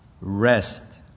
rest